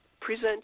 present